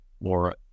Laura